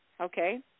Okay